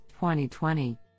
2020